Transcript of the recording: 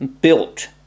built